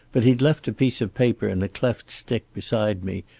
but he'd left a piece of paper in a cleft stick beside me,